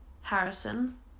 harrison